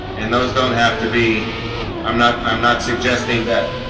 and those don't have to be i'm not. i'm not suggesting that